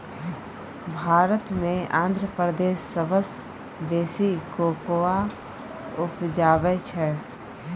भारत मे आंध्र प्रदेश सबसँ बेसी कोकोआ उपजाबै छै